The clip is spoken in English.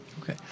okay